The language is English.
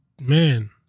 man